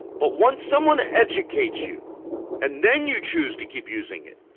but once someone educates you and then you choose to keep using it,